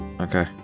Okay